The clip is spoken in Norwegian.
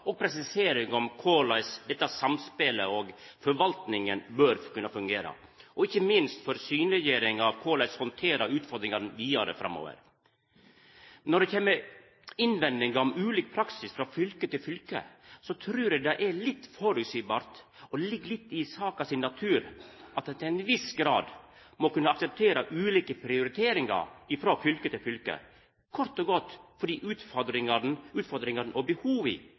og presisering av korleis dette samspelet og forvaltinga bør kunne fungera, og ikkje minst for synleggjering av korleis handtera utfordringane vidare framover. Når det kjem ei innvending om ulik praksis frå fylke til fylke, så trur eg det er litt føreseieleg og ligg litt i saka sin natur at ein til ein viss grad må kunna akseptera ulike prioriteringar frå fylke til fylke, kort og godt fordi utfordringane og behova